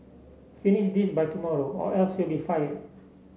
finish this by tomorrow or else you'll be fired